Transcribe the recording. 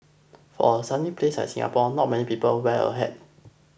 for a sunny place like Singapore not many people wear a hat